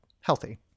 healthy